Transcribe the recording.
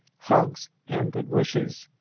hugs and good wishes.